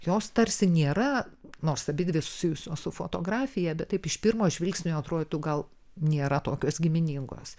jos tarsi nėra nors abidvi susijusios su fotografija bet taip iš pirmo žvilgsnio atrodytų gal nėra tokios giminingos